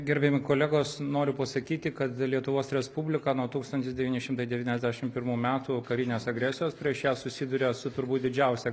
gerbiami kolegos noriu pasakyti kad lietuvos respublika nuo tūkstantis devyni šimtai devyniasdešimt pirmų metų karinės agresijos prieš ją susiduria su turbūt didžiausia